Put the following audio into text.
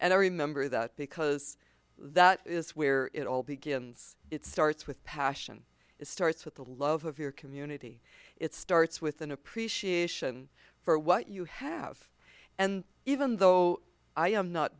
and i remember that because that is where it all begins it starts with passion it starts with the love of your community it starts with an appreciation for what you have and even though i am not